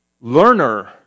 learner